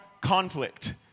conflict